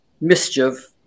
mischief